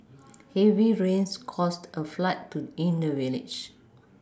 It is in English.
heavy rains caused a flood to in the village